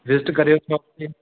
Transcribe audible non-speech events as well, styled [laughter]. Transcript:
visit ਕਰਿਓ [unintelligible]